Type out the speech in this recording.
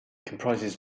comprises